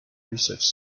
research